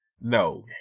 no